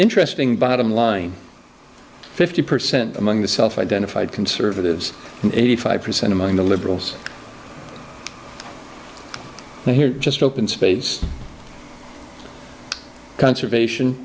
interesting bottom line fifty percent among the self identified conservatives eighty five percent among the liberals here just open space conservation